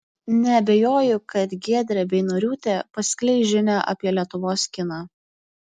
neabejoju kad giedrė beinoriūtė paskleis žinią apie lietuvos kiną